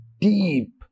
deep